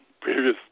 previous